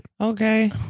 Okay